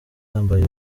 yambaye